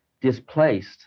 displaced